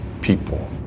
people